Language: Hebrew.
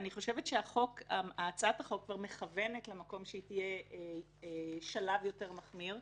הצעת החוק כבר מכוונת למקום שהיא תהיה שלב יותר מחמיר.